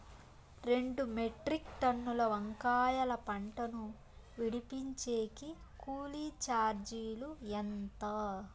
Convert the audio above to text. రెండు మెట్రిక్ టన్నుల వంకాయల పంట ను విడిపించేకి కూలీ చార్జీలు ఎంత?